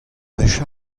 wech